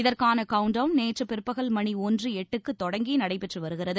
இதற்கான countdown நேற்று பிற்பகல் மணி ஒன்று எட்டுக்கு தொடங்கி நடைபெற்று வருகிறது